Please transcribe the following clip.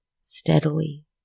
steadily